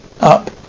up